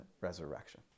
resurrection